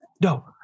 no